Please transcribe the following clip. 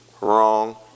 Wrong